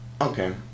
Okay